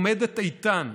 עומדת איתן.